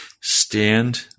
Stand